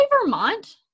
Vermont